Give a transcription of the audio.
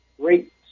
great